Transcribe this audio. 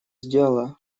сделала